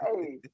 hey